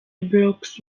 brooks